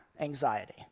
anxiety